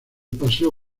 paseo